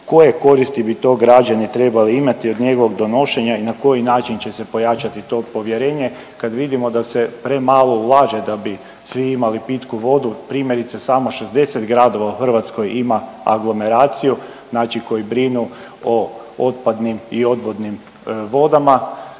koje koristi bi to građani trebali imati od njegovog donošenja i na koji način će se pojačati to povjerenje kad vidimo da se premalo ulaže da bi svi imali pitku vodu, primjerice samo 60 gradova u Hrvatskoj ima aglomeraciju, znači koji brinu o otpadnim i odvodnim vodama,